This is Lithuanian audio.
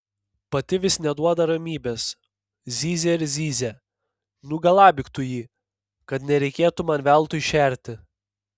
pati vis neduoda ramybės zyzia ir zyzia nugalabyk tu jį kad nereikėtų man veltui šerti